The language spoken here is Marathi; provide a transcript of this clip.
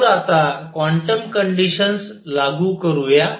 तर आता क्वांटम कंडिशन्स लागू करूया